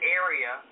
area